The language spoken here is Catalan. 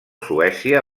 suècia